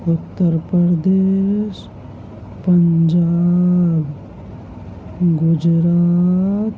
Uttar Pradesh Punjab Gujarat